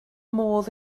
modd